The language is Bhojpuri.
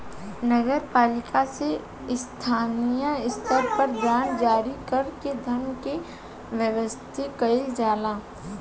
नगर पालिका से स्थानीय स्तर पर बांड जारी कर के धन के व्यवस्था कईल जाला